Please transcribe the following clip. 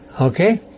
Okay